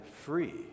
free